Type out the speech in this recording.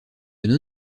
non